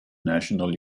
national